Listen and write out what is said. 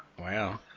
Wow